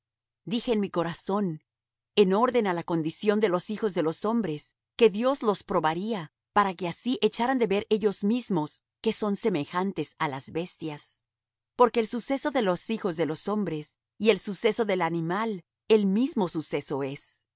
dije en mi corazón en orden á la condición de los hijos de los hombres que dios los probaría para que así echaran de ver ellos mismos que son semejantes á las bestias porque el suceso de los hijos de los hombres y el suceso del animal el mismo suceso es